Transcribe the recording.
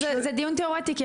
אבל זה דיון תיאורטי,